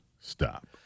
Stop